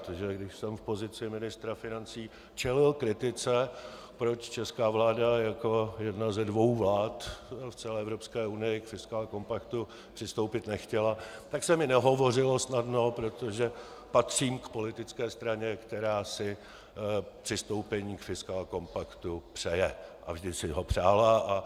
Když jsem v pozici ministra financí čelil kritice, proč česká vláda jako jedna ze dvou vlád v celé Evropské unii k fiskálkompaktu přistoupit nechtěla, tak se mi nehovořilo snadno, protože patřím k politické straně, která si přistoupení k fiskálkompaktu přeje a vždy si ho přála.